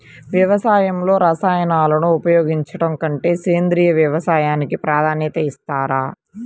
వ్యవసాయంలో రసాయనాలను ఉపయోగించడం కంటే సేంద్రియ వ్యవసాయానికి ప్రాధాన్యత ఇస్తారు